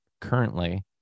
currently